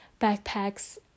backpacks